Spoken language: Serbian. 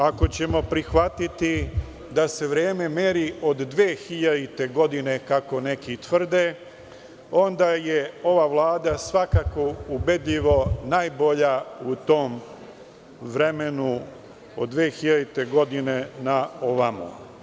Ako ćemo prihvatiti da se vreme meri od 2000. godine, kako neki tvrde, onda je ova vlada svakako ubedljivo najbolja u tom vremenu od 2000. godine na ovamo.